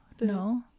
No